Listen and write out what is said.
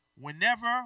whenever